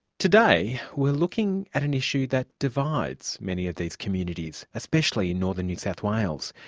today we're looking at an issue that divides many of these communities, especially in northern new south wales.